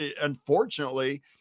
unfortunately